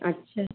अच्छा